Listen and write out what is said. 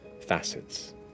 facets